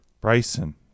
Bryson